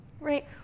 Right